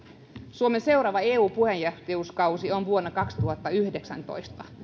suomen seuraava eu puheenjohtajuuskausi on vuonna kaksituhattayhdeksäntoista